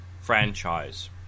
franchise